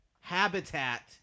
habitat